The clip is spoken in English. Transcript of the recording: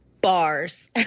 Bars